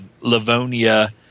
Livonia